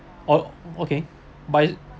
oh okay but